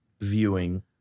viewing